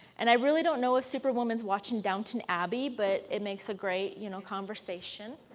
and i really don't know if superwoman is watching downton abbey but it makes a great you know conversation